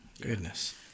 Goodness